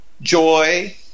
Joy